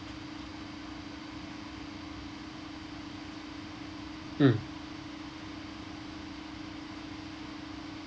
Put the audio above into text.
mm